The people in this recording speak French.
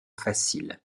facile